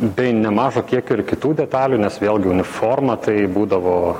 bei nemažo kiekio ir kitų detalių nes vėlgi uniforma tai būdavo